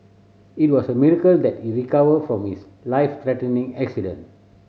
it was a miracle that he recovered from his life threatening accident